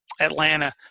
Atlanta